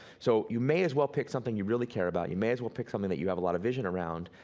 so you may as well pick something you really care about, you may as well pick something that you have a lot of vision around,